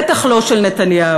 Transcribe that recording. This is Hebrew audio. בטח לא של נתניהו.